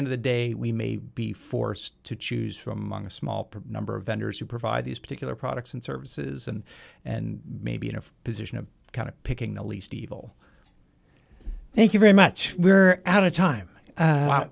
end of the day we may be forced to choose from a small part number of vendors who provide these particular products and services and and maybe in a position of kind of picking the least evil thank you very much we're out of time